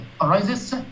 arises